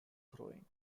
throwing